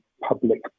public